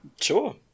Sure